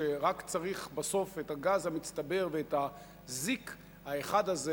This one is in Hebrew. שרק צריך בסוף את הגז המצטבר ואת הזיק האחד הזה